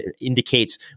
indicates